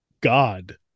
God